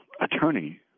attorney